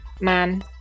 man